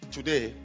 Today